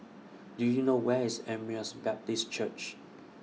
Do YOU know Where IS Emmaus Baptist Church